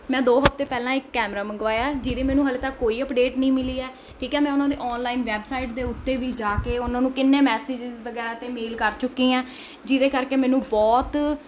ਮੈਂ ਦੋ ਹਫਤੇ ਪਹਿਲਾਂ ਇੱਕ ਕੈਮਰਾ ਮੰਗਵਾਇਆ ਜਿਹਦੀ ਮੈਨੂੰ ਹਲੇ ਤੱਕ ਕੋਈ ਅਪਡੇਟ ਨਹੀਂ ਮਿਲੀ ਹੈ ਠੀਕ ਹੈ ਮੈਂ ਉਹਨਾਂ ਦੀ ਆਨਲਾਈਨ ਵੈਬਸਾਈਟ ਦੇ ਉੱਤੇ ਵੀ ਜਾ ਕੇ ਉਹਨਾਂ ਨੂੰ ਕਿੰਨੇ ਮੈਸੇਜਿਸ ਵਗੈਰਾ ਅਤੇ ਮੇਲ ਕਰ ਚੁੱਕੀ ਆ ਜਿਹਦੇ ਕਰਕੇ ਮੈਨੂੰ ਬਹੁਤ